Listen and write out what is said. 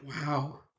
Wow